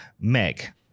meg